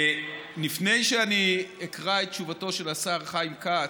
לפני שאני אקרא את תשובתו של השר חיים כץ,